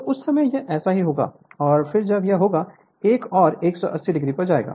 तो उस समय यह ऐसा ही होगा और फिर जब यह एक और 180 o पर जाएगा